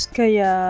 kaya